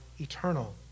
eternal